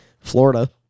Florida